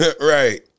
Right